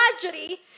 tragedy